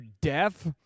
deaf